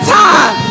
time